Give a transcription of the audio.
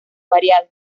variado